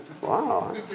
Wow